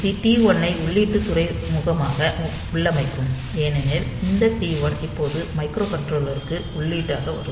இது டி1 ஐ உள்ளீட்டு துறைமுகமாக உள்ளமைக்கும் ஏனெனில் இந்த டி1 இப்போது மைக்ரோகண்ட்ரோலருக்கு உள்ளீடாக வரும்